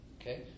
Okay